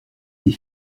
des